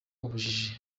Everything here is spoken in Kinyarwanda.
ubujiji